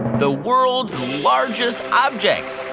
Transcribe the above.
the world's largest objects.